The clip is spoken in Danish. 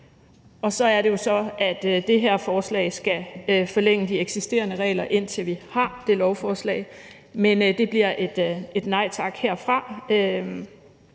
og der er det jo så, at det her forslag skal forlænge de eksisterende regler, indtil vi har det lovforslag. Men det bliver et nej tak herfra